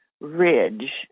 Ridge